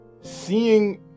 seeing